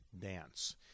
dance